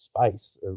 space